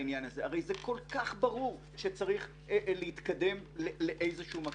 הרי זה כל כך ברור שצריך להתקדם לאיזשהו מקום.